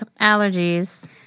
allergies